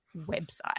website